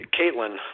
Caitlin